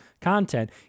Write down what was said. content